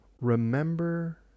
remember